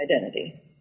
identity